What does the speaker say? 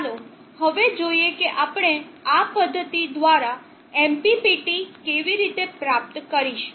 ચાલો હવે જોઈએ કે આપણે આ પદ્ધતિ દ્વારા MPPT કેવી રીતે પ્રાપ્ત કરીશું